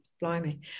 blimey